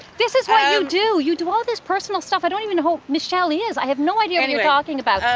this is what you do. you do all this personal stuff. i don't even know who michelle is. i have no idea who and you're talking about.